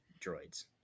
droids